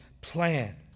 plan